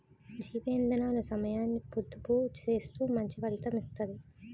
జీవ ఇందనాలు సమయాన్ని పొదుపు సేత్తూ మంచి ఫలితం ఇత్తది